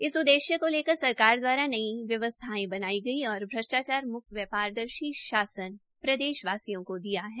इस उद्देश्य को लेकर सरकार द्वारा नई व्यवस्थाएं बनाई गई और भ्रष्टाचार मुक्त व पारदर्शी शासन प्रदेशवासियों को दिया है